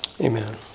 Amen